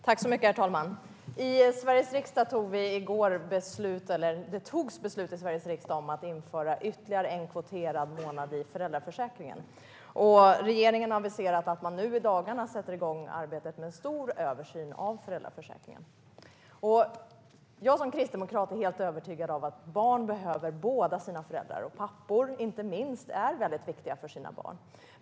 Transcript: Herr talman! I Sveriges riksdag fattades det i går beslut om att införa ytterligare en kvoterad månad i föräldraförsäkringen. Och regeringen har aviserat att man nu i dagarna sätter igång arbetet med en stor översyn av föräldraförsäkringen. Jag som kristdemokrat är helt övertygad om att barn behöver båda sina föräldrar, och pappor, inte minst, är väldigt viktiga för sina barn.